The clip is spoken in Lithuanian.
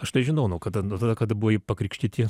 aš tai žinau nuo kada nuo tada kada jie buvo pakrikštyti